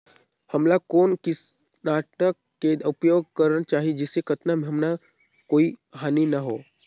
हमला कौन किटनाशक के उपयोग करन चाही जिसे कतना हमला कोई हानि न हो?